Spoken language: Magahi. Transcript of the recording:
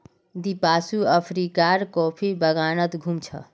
दीपांशु अफ्रीकार कॉफी बागानत घूम छ